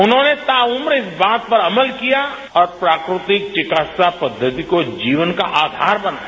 उन्होंने ताउम्र इस बात पर अमल किया और प्राकृतिक चिकित्सा पद्धति को जीवन का आधार बनाया